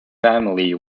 family